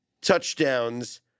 touchdowns